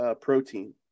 protein